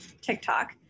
TikTok